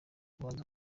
ubanza